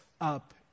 up